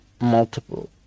multiple